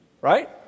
right